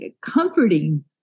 comforting